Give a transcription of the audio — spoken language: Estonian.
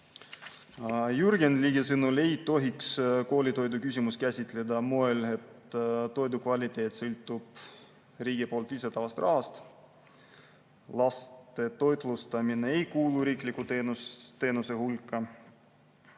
Jürgen Ligi sõnul ei tohiks koolitoidu küsimust käsitleda nii, et toidu kvaliteet sõltub riigi poolt lisatavast rahast. Laste toitlustamine ei kuulu riigi teenuste hulka